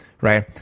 right